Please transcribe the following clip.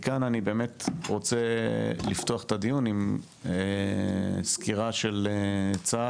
מכאן אני באמת רוצה לפתוח את הדיון עם סקירה של צה"ל